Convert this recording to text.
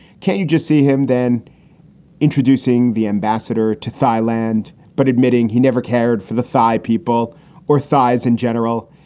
can you just see him then introducing the ambassador to thailand, but admitting he never cared for the thai people or thighs in general,